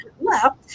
left